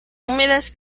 húmedas